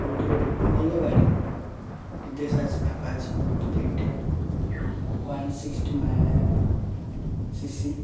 ସବୁଠାରୁ ଭଲ ଗାଡ଼ି ଟି ଭି ଏସ୍ ଆଜ Apache F T R one sixty ମା ସି ସି